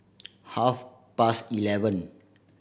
half past eleven